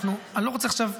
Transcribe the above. אני לא רוצה עכשיו,